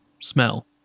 smell